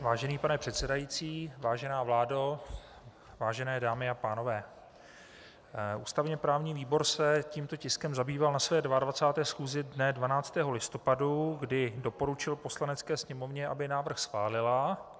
Vážený pane předsedající, vážená vládo, vážené dámy a pánové, ústavněprávní výbor se tímto tiskem zabýval na své 22. schůzi dne 12. listopadu, kdy doporučil Poslanecké sněmovně, aby návrh schválila.